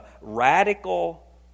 radical